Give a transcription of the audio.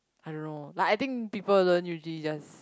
I don't know like I think people don't usually just